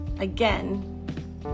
Again